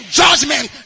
judgment